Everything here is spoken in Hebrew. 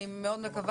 אני מאוד מקווה,